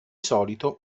solito